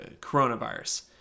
coronavirus